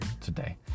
today